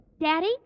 Daddy